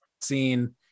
seen